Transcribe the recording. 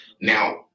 Now